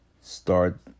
start